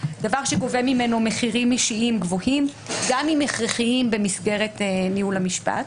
דבר שגובה ממנו מחירים אישים גבוהים גם אם הכרחיים במסגרת ניהול המשפט.